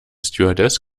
stewardess